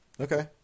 Okay